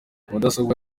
mudasobwa